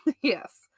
Yes